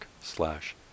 slash